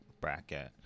bracket